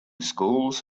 schools